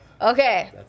Okay